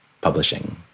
publishing